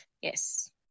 Yes